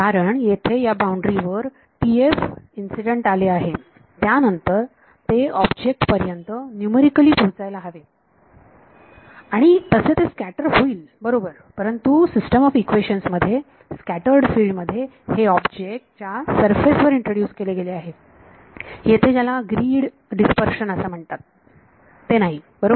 कारण येथे या बाउंड्री वर TF इन्सिडेंट आले आहे त्यानंतर ते ऑब्जेक्ट पर्यंत न्यूमरिकली पोहोचायला हवे आणि तसे ते स्कॅटर होईल बरोबर परंतु सिस्टम ऑफ इक्वेशन्स मध्ये स्कॅटर्ड फिल्ड मध्ये हे ऑब्जेक्ट च्या सरफेस वर इंट्रोड्युस केले गेले आहे येथे ज्याला ग्रिड डीस्पर्शन असे म्हणतात ते नाही बरोबर